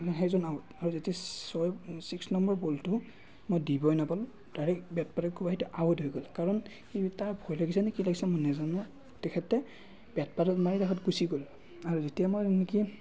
সেইজন আউট আৰু যেতিয়া ছয় ছিক্স নম্বৰ বলটো মই দিবই নাপালোঁ ডাইৰেক্ট বেটপাতেৰে কোবাই সেইটো আউট হৈ গ'ল কাৰণ সি তাৰ ভয় লাগিছে নে কি লাগিছে মই নেজানো তেখেতে বেটপাতত মাৰি তাৰপাছত গুচি গ'ল আৰু যেতিয়া মই এনেকে